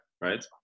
right